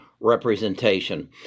representation